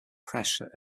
pressure